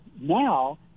now